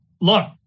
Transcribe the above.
look